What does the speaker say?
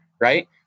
right